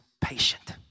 patient